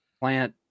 plant